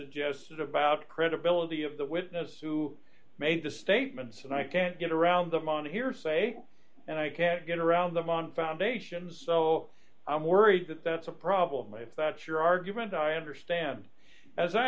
is just about the credibility of the witness who made the statements and i can't get around them on hearsay and i can't get around them on foundations so i'm worried that that's a problem that your argument i understand as i